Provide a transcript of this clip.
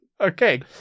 okay